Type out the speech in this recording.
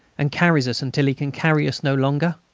and carries us until he can carry us no longer?